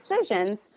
decisions